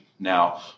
Now